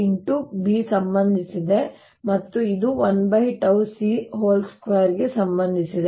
B ಸಂಬಂಧಿಸಿದೆ ಮತ್ತು ಇದು l𝜏 c2 ಸಂಬಂಧಿಸಿದೆ